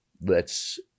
lets